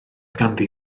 ganddi